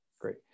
Great